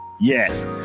Yes